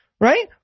Right